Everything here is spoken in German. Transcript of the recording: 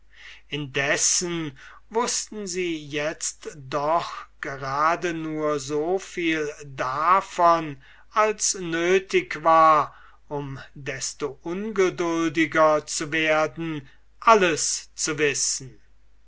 indessen wußten sie itzt doch gerade nur so viel davon als nötig war um desto ungeduldiger zu werden alles zu wissen